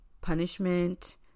punishment